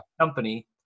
company